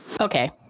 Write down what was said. Okay